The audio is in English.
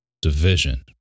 division